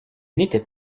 n’était